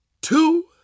two